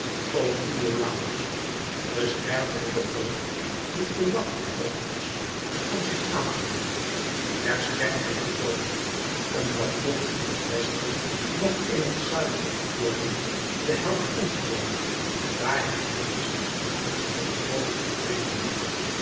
o iolàos der sterflijken dood dien te laf de held is om zich aan te doen der sterflijken dood omdat noch in het westen noch in het zuiden of noorden de held om kwam daar hem gnds de gunstige goden omringden